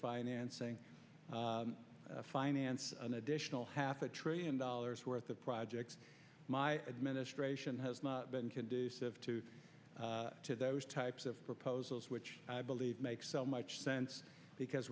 financing finance an additional half a trillion dollars worth of projects my administration has not been conducive to to those types of proposals which i believe makes so much sense because